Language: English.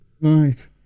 Right